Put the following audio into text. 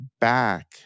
back